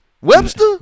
Webster